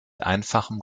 einfachem